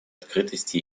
открытости